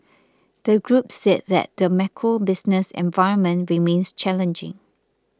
the group said that the macro business environment remains challenging